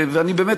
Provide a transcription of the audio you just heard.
ואני באמת,